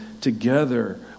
together